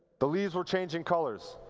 the leaves were changing colors.